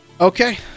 okay